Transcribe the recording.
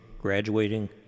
graduating